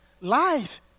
Life